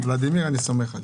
ולדימיר, אני סומך עליך.